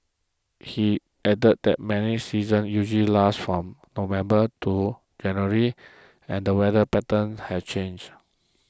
he added that many season usually lasts from November to January and that weather patterns has changed